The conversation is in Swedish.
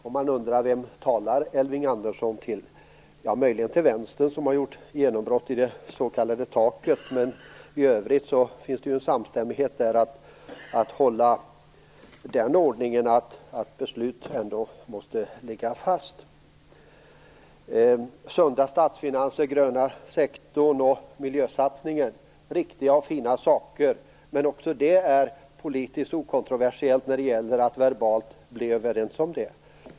Man kan undra vem Elving Andersson talar till. Möjligen talar han till Vänstern, som har gjort ett genombrott i fråga om det s.k. taket. I övrigt finns det en samstämmighet kring att hålla ordningen att beslut ändå skall ligga fast. Detta med sunda statsfinanser, den s.k. gröna sektorn och miljösatsningen är riktiga och fina åtgärder. Också det här är politiskt okontroversiellt när det gäller att verbalt bli överens.